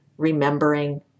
remembering